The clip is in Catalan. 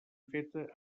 feta